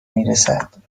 میرسد